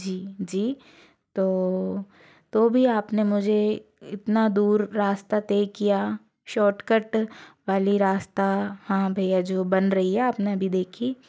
जी जी तो तो भी आपने मुझे इतना दूर रास्ता तय किया शॉर्टकट वाली रास्ता हाँ भैया जो बन रही है आपने अभी देखी